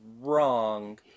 wrong